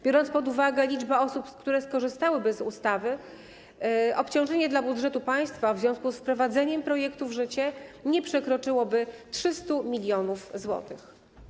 Biorąc pod uwagę liczbę osób, które skorzystałyby z ustawy, obciążenie dla budżetu państwa w związku z wprowadzeniem projektu w życie nie przekroczyłoby 300 mln zł.